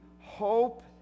Hope